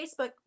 Facebook